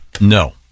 No